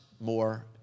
more